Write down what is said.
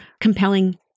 compelling